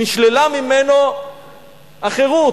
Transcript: נשללה ממנו החירות.